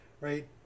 right